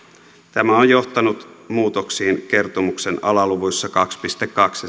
tämä on johtanut muutoksiin kertomuksen alaluvuissa kaksi piste kaksi